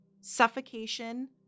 Suffocation